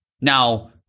Now